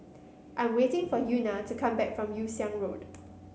I'm waiting for Euna to come back from Yew Siang Road